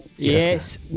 Yes